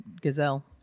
gazelle